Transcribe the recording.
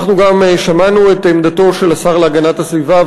אנחנו גם שמענו את עמדתו של השר להגנת הסביבה,